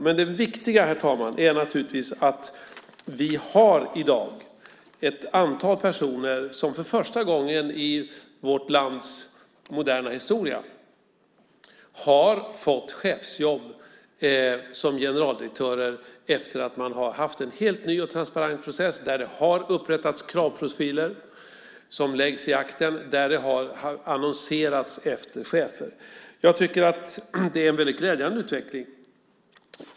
Men det viktiga, herr talman, är naturligtvis att vi i dag har ett antal personer som för första gången i vårt lands moderna historia har fått chefsjobb som generaldirektörer efter att man har haft en helt ny och transparent process där det har upprättats kravprofiler som läggs i akten där det har annonserats efter chefer. Jag tycker att det är en väldigt glädjande utveckling.